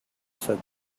said